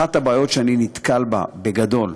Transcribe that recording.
אחת הבעיות שאני נתקל בהן בגדול,